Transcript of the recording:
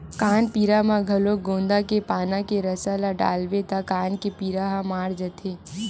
कान पीरा म घलो गोंदा के पाना के रसा ल डालबे त कान के पीरा ह माड़ जाथे